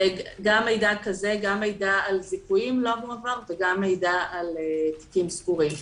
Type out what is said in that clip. גם מידע על זיכויים לא מועבר וגם מידע על תיקים סגורים,